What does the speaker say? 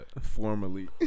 formerly